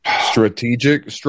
strategic